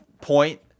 point